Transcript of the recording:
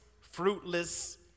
fruitless